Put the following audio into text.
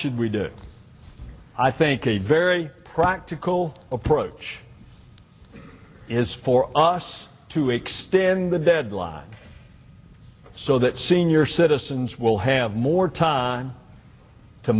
should we do i think a very practical approach is for us to extend the deadline so that senior citizens will have more time to